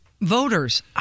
voters